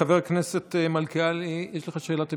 חבר הכנסת מלכיאלי, יש לך שאלת המשך?